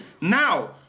Now